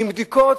עם בדיקות,